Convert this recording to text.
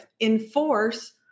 enforce